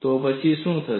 તો પછી શું થશે